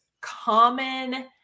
common